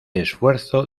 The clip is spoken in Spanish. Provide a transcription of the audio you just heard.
esfuerzo